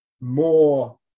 more